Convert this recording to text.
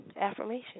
affirmation